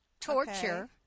torture